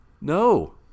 no